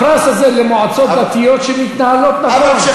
הפרס הזה הוא למועצות דתיות שמתנהלות נכון.